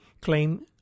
claim